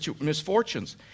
misfortunes